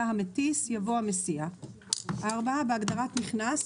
"המטיס" יבוא "המסיע"; בהגדרה "נכנס",